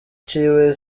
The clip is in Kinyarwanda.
ciwe